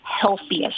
healthiest